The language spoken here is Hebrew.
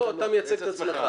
לא, אתה מייצג את עצמך.